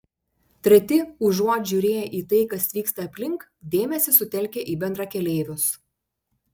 treti užuot žiūrėję į tai kas vyksta aplink dėmesį sutelkia į bendrakeleivius